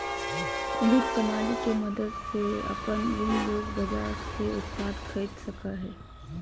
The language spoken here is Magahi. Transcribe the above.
वित्त प्रणाली के मदद से अपन ऋण योग्य बाजार से उत्पाद खरीद सकेय हइ